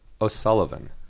O'Sullivan